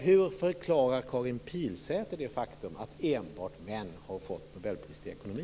Hur förklarar Karin Pilsäter det faktum att enbart män har fått nobelpriset i ekonomi?